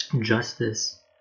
justice